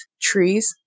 trees